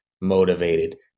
motivated